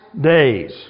days